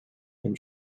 and